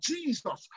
Jesus